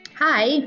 Hi